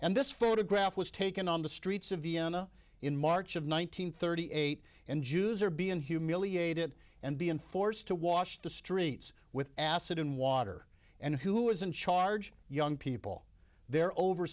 and this photograph was taken on the streets of vienna in march of one nine hundred thirty eight and jews are being humiliated and being forced to watch the streets with acid in water and who is in charge young people there